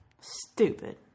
Stupid